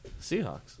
seahawks